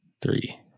Three